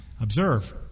observe